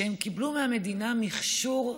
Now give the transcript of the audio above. שהם קיבלו מהמדינה מכשור,